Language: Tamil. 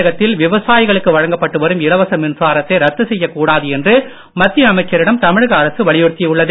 தமிழகத்தில் விவசாயிகளுக்கு வழங்கப்பட்டு வரும் இலவச மின்சாரத்தை ரத்து செய்யக் கூடாது என்று மத்திய அமைச்சரிடம் தமிழக அரசு வலியுறுத்தியுள்ளது